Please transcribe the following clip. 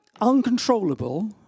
uncontrollable